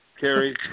Carrie